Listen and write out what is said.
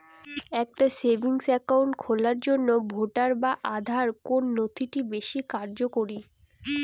একটা savings account খোলার জন্য ভোটার বা আধার কোন নথিটি বেশী কার্যকরী?